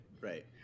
right